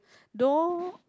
no